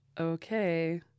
Okay